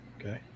Okay